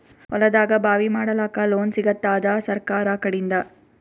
ಹೊಲದಾಗಬಾವಿ ಮಾಡಲಾಕ ಲೋನ್ ಸಿಗತ್ತಾದ ಸರ್ಕಾರಕಡಿಂದ?